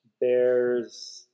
Bears